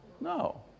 No